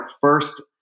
first